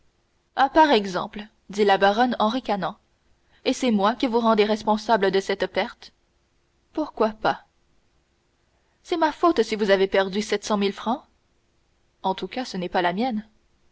par exemple dit la baronne en ricanant et c'est moi que vous rendez responsable de cette perte pourquoi pas c'est ma faute si vous avez perdu sept cent mille francs en tout cas ce n'est pas la mienne